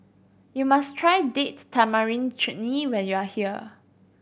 you must try Date Tamarind Chutney when you are here